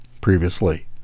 previously